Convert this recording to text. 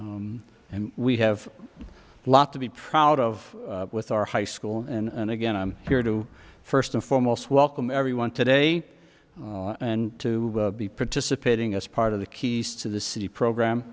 and we have a lot to be proud of with our high school and again i'm here to first and foremost welcome everyone today and to be participating as part of the keys to the city program